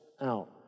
out